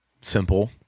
simple